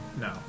No